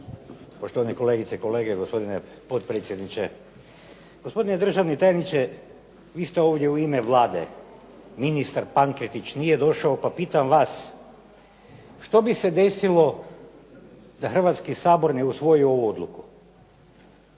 Poštovani kolegice i kolege, gospodine potpredsjedniče. Gospodine državni tajniče vi ste ovdje u ime Vlade, ministar Pankretić nije došao pa pitam vas, što bi se desilo da Hrvatski sabor ne usvoji ovu odluku,